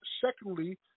Secondly